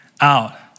out